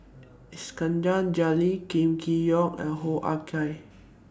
Iskandar Jalil Kam Kee Yong and Hoo Ah Kay